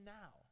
now